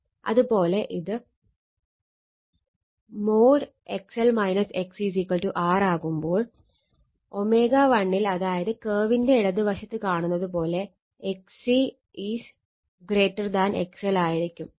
അത് പോലെ ഇത് |XL XC| R ആവുമ്പോൾ ω1 ൽ അതായത് കർവിന്റെ ഇടത് വശത്ത് കാണുന്നത് പോലെ XC XL ആയിരിക്കും